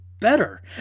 better